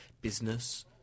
business